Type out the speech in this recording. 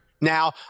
now